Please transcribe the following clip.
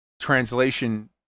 translation